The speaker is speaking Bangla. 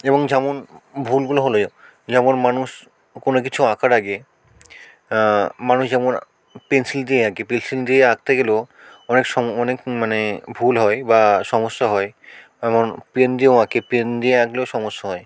এবং যেমন ভুলগুলো হলে যেমন মানুষ কোনো কিছু আঁকার আগে মানুষ যেমন পেনসিল দিয়ে আঁকে পেনসিল দিয়ে আঁকতে গেলেও অনেক সময় অনেক মানে ভুল হয় বা সমস্যা হয় এমন পেন দিয়েও আঁকে পেন দিয়ে আঁকলেও সমস্যা হয়